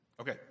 Okay